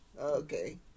Okay